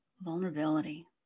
vulnerability